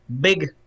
big